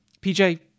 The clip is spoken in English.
PJ